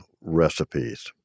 Recipes